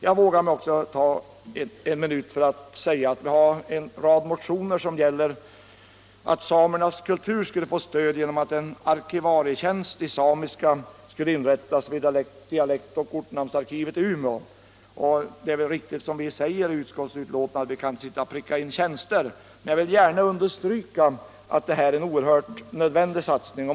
Jag vågar också ta en minut i anspråk för att framhålla att vi har en rad motioner för stöd åt samernas kultur genom att en arkivarietjänst i samiska skulle inrättas vid dialektoch ortnamnsarkivet i Umeå. Det är väl riktig, som vi säger i utskottsbetänkandet, att vi inte kan sitta och pricka in tjänster. Men jag vill gärna understryka att detta är en oerhört nödvändig satsning.